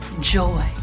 joy